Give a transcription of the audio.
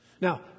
Now